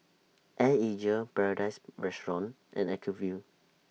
Air Asia Paradise Restaurant and Acuvue